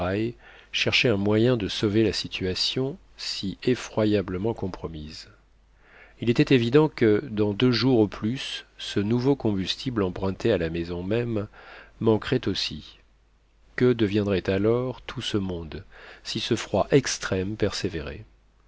cherchaient un moyen de sauver la situation si effroyablement compromise il était évident que dans deux jours au plus ce nouveau combustible emprunté à la maison même manquerait aussi que deviendrait alors tout ce monde si ce froid extrême persévérait